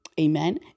amen